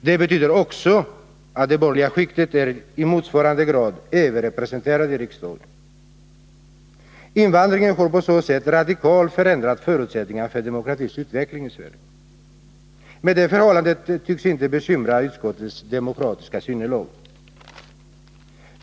Det betyder också att 18 november 1981 det borgerliga skiktet är i motsvarande grad överrepresenterat i riksdagen. Invandringen har på så sätt radikalt förändrat förutsättningarna för demokratins utveckling i Sverige. Men det förhållandet tycks inte bekymra utskottet eller beröra dess demokratiska sinnelag.